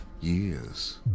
years